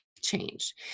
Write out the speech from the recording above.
change